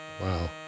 wow